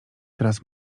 teraz